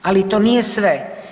Ali to nije sve.